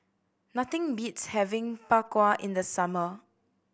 nothing beats having Bak Kwa in the summer